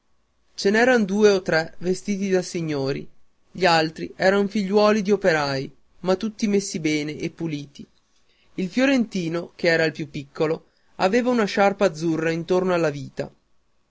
ce n'eran due o tre vestiti da signori gli altri eran figliuoli d'operai ma tutti messi bene e puliti il fiorentino ch'era il più piccolo aveva una sciarpa azzurra intorno alla vita